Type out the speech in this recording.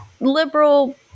liberal